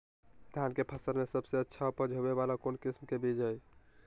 धान के फसल में सबसे अच्छा उपज होबे वाला कौन किस्म के बीज हय?